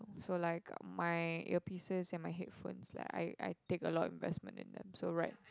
so like my earpieces and my headphones like I I take a lot of investment in them so right